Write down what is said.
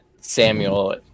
Samuel